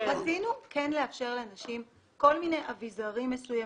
רצינו כן לאפשר לנשים כל מיני אביזרים מסוימים,